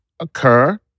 occur